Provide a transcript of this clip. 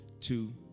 two